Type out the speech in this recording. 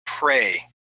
pray